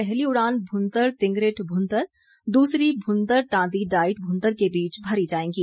पहली उड़ान भुंतर तिगरेट भुंतर दूसरी भुंतर तांदी डाईट भुंतर के बीच भरी जाएंगी